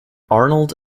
arnold